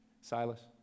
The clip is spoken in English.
Silas